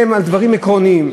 על דברים עקרוניים,